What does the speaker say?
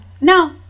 No